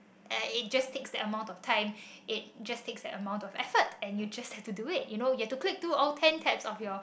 and it just takes that amount of times it just takes that amount of effort and you just have to do it you know you've to click to all your